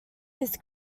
his